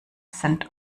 sind